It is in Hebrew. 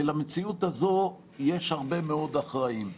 ולמציאות הזאת יש הרבה מאוד אחראים.